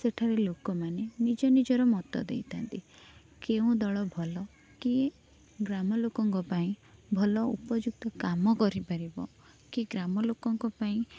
ସେଠାରେ ଲୋକମାନେ ନିଜ ନିଜର ମତ ଦେଇଥାନ୍ତି କେଉଁ ଦଳ ଭଲ କିଏ ଗ୍ରାମଲୋକଙ୍କ ପାଇଁ ଭଲ ଉପଯୁକ୍ତ କାମ କରିପାରିବ କି ଗ୍ରାମଲୋକଙ୍କ ପାଇଁ